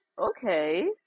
okay